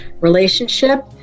relationship